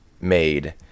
made